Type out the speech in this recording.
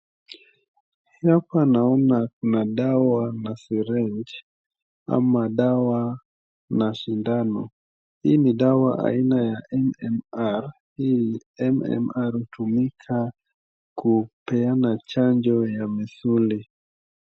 Hapa naona kuna dawa na syringe ama dawa na sindani, hii ni dawa aina ya MMR, hii MMR hutumika kupeana chanjo ya misuli.